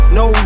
no